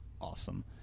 awesome